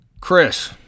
Chris